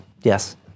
Yes